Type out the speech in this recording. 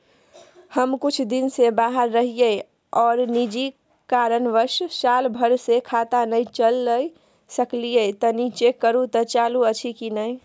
हम कुछ दिन से बाहर रहिये आर निजी कारणवश साल भर से खाता नय चले सकलियै तनि चेक करू त चालू अछि कि नय?